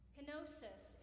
Kenosis